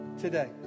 today